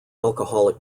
alcoholic